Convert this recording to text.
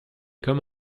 comme